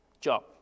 job